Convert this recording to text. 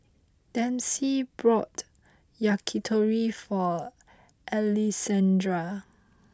Dempsey brought Yakitori for Alessandra